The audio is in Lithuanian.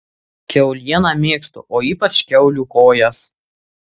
kiaulieną mėgstu o ypač kiaulių kojas